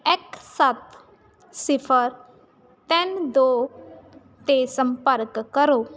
ਇੱਕ ਸੱਤ ਸਿਫ਼ਰ ਤਿੰਨ ਦੋ 'ਤੇ ਸੰਪਰਕ ਕਰੋ